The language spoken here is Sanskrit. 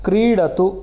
क्रीडतु